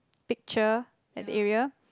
picture that area